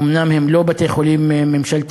אומנם הם לא בתי-חולים ממשלתיים,